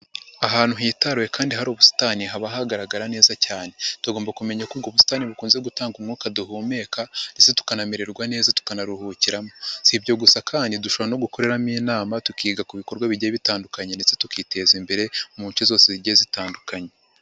Ahantu hitaruwe kandi hari ubusitani haba hagaragara neza cyane, tugomba kumenya ko ubwo ubu busitani bukunze gutanga umwuka duhumeka ndetse tukanamererwa neza tukanaruhukiramo, si ibyo gusa kandi dushobora no gukoreramo inama tukiga ku bikorwa bigiye bitandukanye ndetse tukiteza imbere, muce zose zigiye zitandukanye.